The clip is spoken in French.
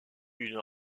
une